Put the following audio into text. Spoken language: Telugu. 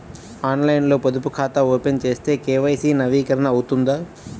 ఆన్లైన్లో పొదుపు ఖాతా ఓపెన్ చేస్తే కే.వై.సి నవీకరణ అవుతుందా?